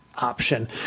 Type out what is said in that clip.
option